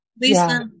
Lisa